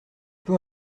peu